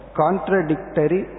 contradictory